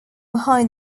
behind